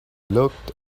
looked